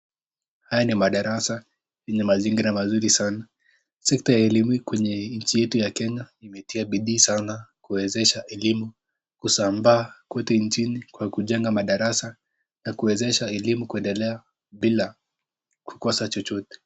Haya ni madarasa yenye mazingira mazuri sana. Sekta ya elimu kwenye nchi yetu